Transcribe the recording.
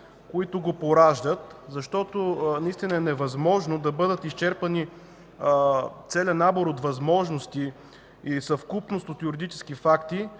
които го пораждат, защото наистина е невъзможно да бъдат изчерпани целият набор от възможности и съвкупност от юридически факти,